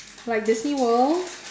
like the seaworld